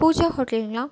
பூஜா ஹோட்டலுங்களா